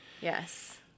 Yes